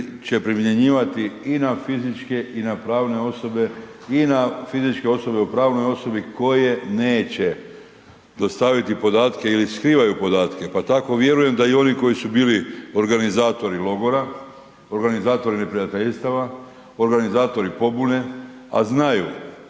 primjenjivati i na fizičke i na pravne osobe i na fizičke osobe u pravnoj osobe koje neće dostaviti podatke ili skrivaju podatke, pa tako vjerujem da oni koji su bili organizatori logora, organizatori neprijateljstava, organizatori pobune, a znaju